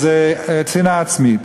שנאה עצמית.